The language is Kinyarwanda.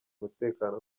umutekano